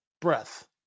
breath